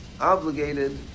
obligated